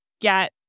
get